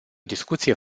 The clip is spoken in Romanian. discuție